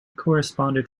corresponded